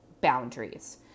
boundaries